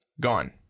gone